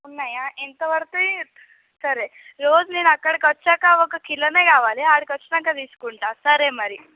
ఉన్నాయా ఎంత పడుతుంది సరే రోజ్ నేను అక్కడకి వచ్చాక ఒక కిలోయే కావాలి అక్కడికి వచ్చాక తీసుకుంటాను సరే మరి